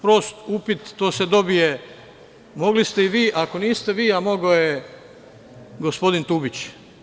Prost upit, to se dobije, mogli ste i vi, ako niste vi, a mogao je gospodin Tubić.